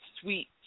sweet